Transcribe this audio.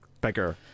bigger